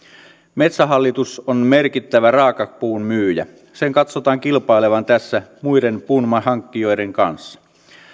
metsähallitus on merkittävä raakapuun myyjä sen katsotaan kilpailevan tässä muiden puunhankkijoiden kanssa